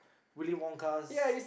Willy Wonka's